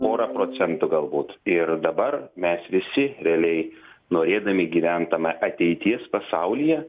pora procentų galbūt ir dabar mes visi realiai norėdami gyvent tame ateities pasaulyje